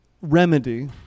remedy